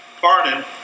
Pardon